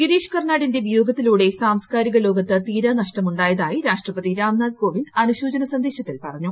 ഗിരീഷ് കർണാടിന്റെ വിയോഗത്തിലൂടെ സാംസ്കാരിക ലോകത്ത് തീരാനഷ്ടം ഉണ്ടായതായി രാഷ്ട്രപതി രാംനാഥ് കോവിന്ദ് അനുശോചന സന്ദേശത്തിൽ പറഞ്ഞു